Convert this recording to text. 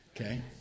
Okay